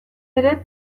ere